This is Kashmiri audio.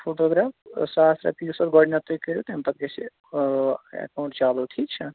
فوٹوٗگراف ساس رۄپیہِ یُس اَتھ گۄڈٕنٮ۪تھ تُہۍ کٔرو تمہِ پَتہٕ گژھِ یہِ ایٚکاونٹ چالُو ٹھیٖک چھا